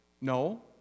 No